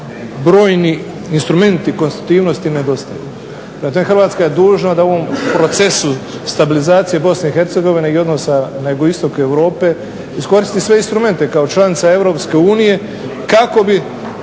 brojni instrumenti konstitutivnosti nedostaju. Prema tome, Hrvatska je dužna da u ovom procesu stabilizacija Bosne i Hercegovine i odnosa …/Govornik se ne razumije./… iskoristi sve instrumente kao članica Europske unije kako bi